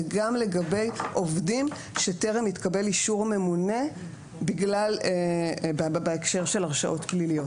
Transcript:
וגם לגבי עובדים שטרם התקבל אישור ממונה בהקשר של הרשעות פליליות.